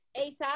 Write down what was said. asap